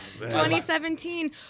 2017